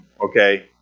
okay